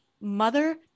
Mother